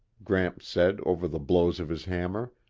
gramps said over the blows of his hammer,